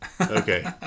Okay